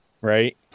right